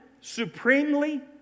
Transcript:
supremely